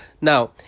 now